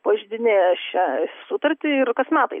pažeidinėja šią sutartį ir kas metai